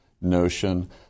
notion